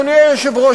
אדוני היושב-ראש,